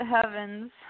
heavens